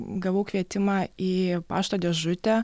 gavau kvietimą į pašto dėžutę